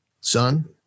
son